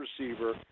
receiver